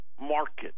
market